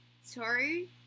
Sorry